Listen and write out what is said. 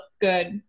good